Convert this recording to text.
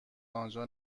آنجا